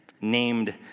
named